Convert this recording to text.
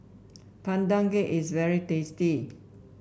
Pandan Cake is very tasty